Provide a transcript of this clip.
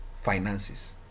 finances